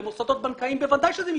במוסדות בנקאיים בוודאי שזה מתקיים.